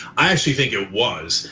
i actually think it was,